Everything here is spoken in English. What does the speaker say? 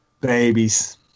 babies